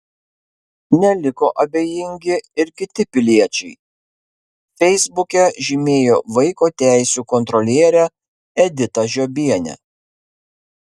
neliko abejingi ir kiti piliečiai feisbuke žymėjo vaiko teisių kontrolierę editą žiobienę